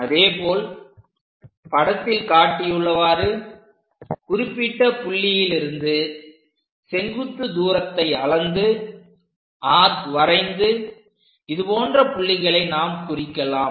அதேபோல் படத்தில் காட்டியுள்ளவாறு குறிப்பிட்ட புள்ளியிலிருந்து செங்குத்து தூரத்தை அளந்து ஆர்க் வரைந்து இதுபோன்ற புள்ளிகளை நாம் குறிக்கலாம்